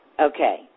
Okay